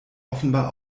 offenbar